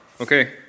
Okay